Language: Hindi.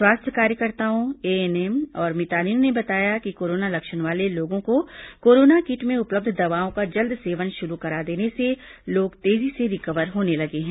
स्वास्थ्य कार्यकर्ताओं एएनएम और मितानिनों ने बताया कि कोरोना लक्षण वाले लोगों को कोरोना किट में उपलब्ध दवाओं का जल्द सेवन शुरू करा देने से लोग तेजी से रिकवर होने लगे हैं